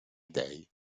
dèi